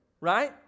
right